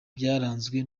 byaranzwe